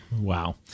Wow